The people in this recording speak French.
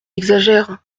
exagère